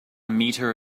meter